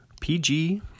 PG